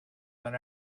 than